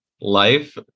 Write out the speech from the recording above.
life